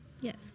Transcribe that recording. yes